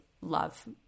love